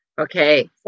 Okay